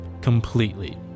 completely